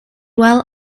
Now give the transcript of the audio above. well